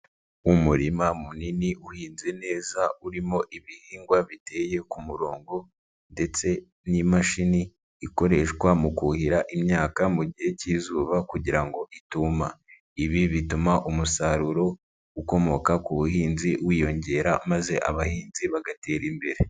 Umurima munini uhinze neza urimo ibihingwa biteye ku murongo ndetse n'imashini ikoreshwa mu kuhira imyaka mu gihe cy'izuba kugira ngo ituma, ibi bituma umusaruro ukomoka ku buhinzi wiyongera maze abahinzi bagatera imbere.